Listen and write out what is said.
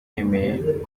yemeye